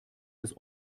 des